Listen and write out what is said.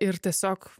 ir tiesiog